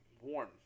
warm